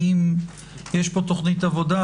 האם יש פה תוכנית עבודה?